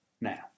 now